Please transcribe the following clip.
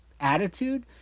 attitude